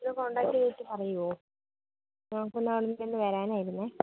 ഒന്ന് കോൺടാക്റ്റ് ചെയ്തിട്ട് പറയുവോ ഞങ്ങൾക്ക് ഒന്ന് അറിഞ്ഞിട്ട് ഒന്ന് വരാനായിരുന്നേ